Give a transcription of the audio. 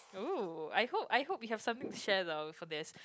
!ooh! I hope I hope you have something to share about for this